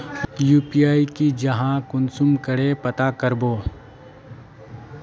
UPI की जाहा कुंसम करे पता करबो?